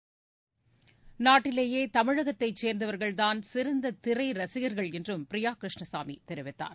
நாட்டிலேயே தமிழகத்தைச் சேர்ந்தவர்கள் தான் சிறந்த திரை ரசிகர்கள் என்றும் பிரியா கிருஷ்ணசாமி தெரிவித்தார்